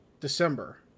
December